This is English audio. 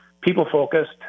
people-focused